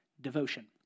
Devotion